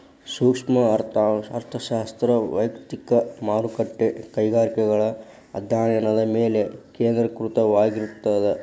ಸೂಕ್ಷ್ಮ ಅರ್ಥಶಾಸ್ತ್ರ ವಯಕ್ತಿಕ ಮಾರುಕಟ್ಟೆ ಕೈಗಾರಿಕೆಗಳ ಅಧ್ಯಾಯನದ ಮೇಲೆ ಕೇಂದ್ರೇಕೃತವಾಗಿರ್ತದ